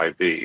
IV